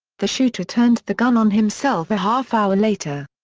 the shooter turned the gun on himself a half-hour later.